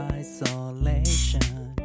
isolation